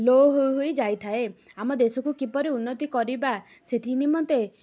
ଲୋ ହୋଇ ହୋଇ ଯାଇଥାଏ ଆମ ଦେଶକୁ କିପରି ଉନ୍ନତି କରିବା ସେଥିନିମନ୍ତେ